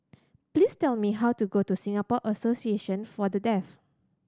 please tell me how to go to Singapore Association For The Deaf